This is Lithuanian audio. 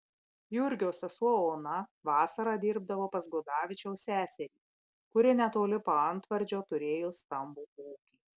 jurgio sesuo ona vasarą dirbdavo pas gudavičiaus seserį kuri netoli paantvardžio turėjo stambų ūkį